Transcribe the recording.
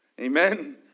amen